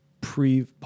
pre